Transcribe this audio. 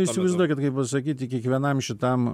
įsivaizduokit kaip pasakyti kiekvienam šitam